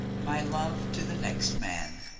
my love to the next man.